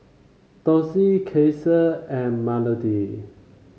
Dossie Kasey and Melodee